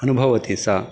अनुभवति सा